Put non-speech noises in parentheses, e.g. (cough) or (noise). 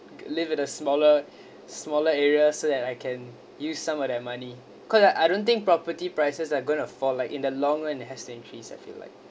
live in a smaller (breath) smaller area so that I can use some of that money cause I I don't think property prices are going to fall like in the long run it has to increase I feel like